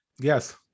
Yes